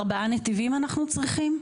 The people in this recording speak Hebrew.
ארבעה נתיבים אנחנו צריכים?